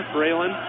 Braylon